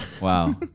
Wow